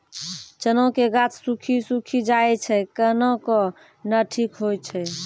चना के गाछ सुखी सुखी जाए छै कहना को ना ठीक हो छै?